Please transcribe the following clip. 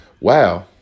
Wow